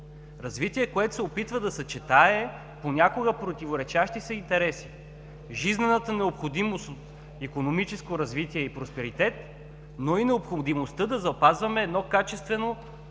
развитие, което се опитва да съчетае понякога противоречащи си интереси, жизнената необходимост от икономическо развитие и просперитет, но и необходимостта да запазваме една качествена